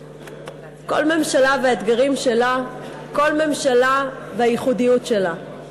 כל ממשלה והאתגרים שלה, כל ממשלה והייחודיות שלה.